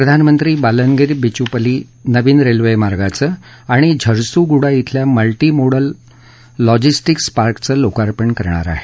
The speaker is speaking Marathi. प्रधानमंत्री बालनगीर बिचुपली नवीन रेल्वेमार्गाचं आणि झरसुगुडा झेल्या मल्टी मोडल लॉजिस्टीक्स पार्कचं लोकार्पण करणार आहेत